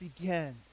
began